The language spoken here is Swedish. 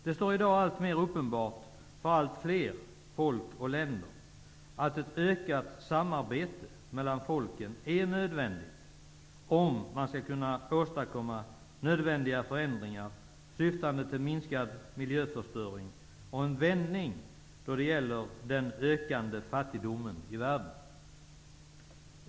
Det står i dag alltmer klart för allt fler folk och länder att ett ökat samarbete är nödvändigt, om man skall kunna åstadkomma sådana förändringar som syftar till mindre miljöförstöring och om man skall kunna få till stånd en vändning när det gäller den ökande fattigdomen i världen.